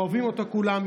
אוהבים אותו כולם,